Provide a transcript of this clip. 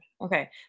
Okay